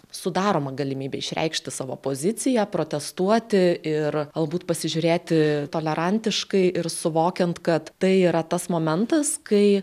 sudaroma galimybė išreikšti savo poziciją protestuoti ir galbūt pasižiūrėti tolerantiškai ir suvokiant kad tai yra tas momentas kai